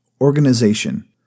Organization